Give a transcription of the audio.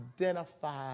identify